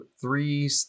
three